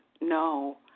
No